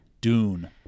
Dune